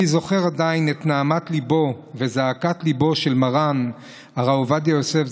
אני זוכר עדיין את נהמת ליבו ואת זעקת ליבו של מרן הרב עובדיה יוסף,